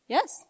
Yes